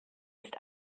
ist